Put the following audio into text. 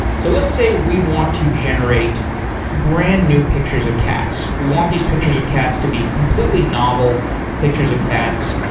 so let's say we want to generate brand new pictures of cats. we want these pictures of cats to be completely novel pictures of cats,